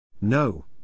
No